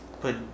put